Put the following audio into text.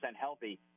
healthy